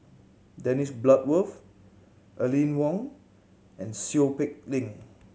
Dennis Bloodworth Aline Wong and Seow Peck Leng